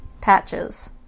Patches